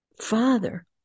Father